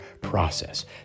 process